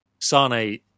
Sane